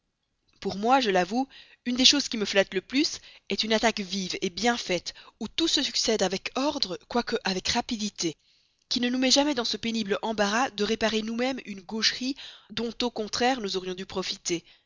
pour moi je l'avoue une des choses qui me flattent le plus est une attaque vive bien faite où tout se succède avec ordre quoiqu'avec rapidité qui ne nous met jamais dans ce pénible embarras de réparer nous-mêmes une gaucherie dont au contraire nous aurions dû profiter